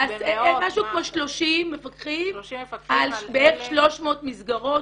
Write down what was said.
משהו כמו 30 מפקחים על בערך 300 מסגרות,